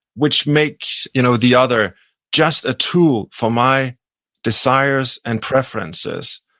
which makes you know the other just a tool for my desires and preferences.